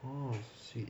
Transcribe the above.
oh shit